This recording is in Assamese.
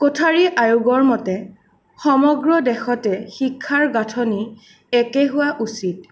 কোঠাৰী আয়োগৰ মতে সমগ্ৰ দেশতে শিক্ষাৰ গাঁথনি একে হোৱা উচিত